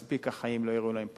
מספיק החיים לא האירו להם פנים,